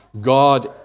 God